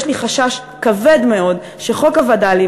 יש לי חשש כבד מאוד שחוק הווד"לים,